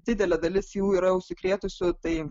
didelė dalis jų yra užsikrėtusių tai